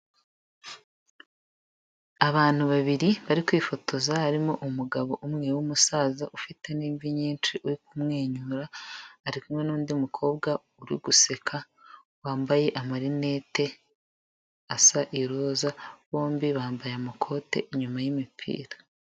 Abantu babiri bari kwifotoza harimo umugabo umwe w'umusaza ufite n'imvi nyinshi ari kumwenyura ari kumwe n'undi mukobwa uri guseka wambaye amarinete asa iroza bombi bambaye amakote inyuma y'imipira.